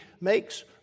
makes